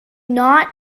not